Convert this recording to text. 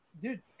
dude